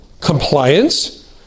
Compliance